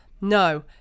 no